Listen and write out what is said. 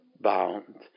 bound